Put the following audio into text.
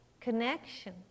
connection